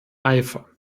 eifer